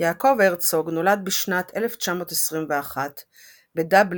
יעקב הרצוג נולד בשנת 1921 בדבלין